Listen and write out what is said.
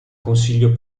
consiglio